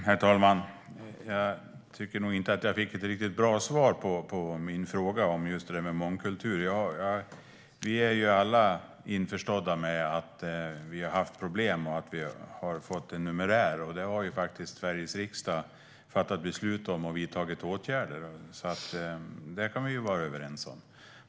Herr talman! Jag tycker nog inte att jag fick ett riktigt bra svar på min fråga om just mångkultur. Vi är alla införstådda med att vi har haft problem och att vi har fått en hög numerär, och därför har Sveriges riksdag fattat beslut och vidtagit åtgärder. Det kan vi vara överens om.